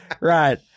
Right